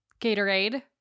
Gatorade